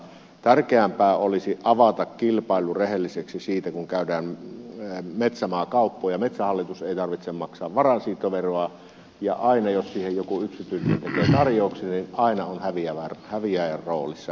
tärkeämpää olisi avata kilpailu rehelliseksi siinä kun käydään metsämaakauppoja ja metsähallituksen ei tarvitse maksaa varainsiirtoveroa ja aina jos siihen joku yksityinen tekee tarjouksen on häviäjän roolissa